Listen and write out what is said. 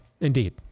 Indeed